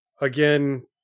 Again